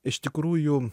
iš tikrųjų